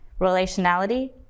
relationality